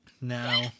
Now